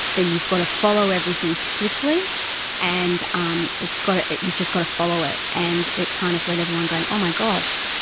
then you've got to follow everything strictly and um it's got to, you've just got to follow it, and it kind of let everyone go, oh my gosh,